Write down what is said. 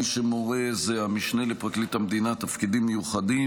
מי שמורה זה המשנה לפרקליט המדינה לתפקידים מיוחדים,